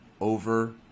over